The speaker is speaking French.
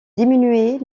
diminuer